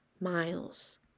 miles